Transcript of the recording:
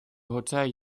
hotei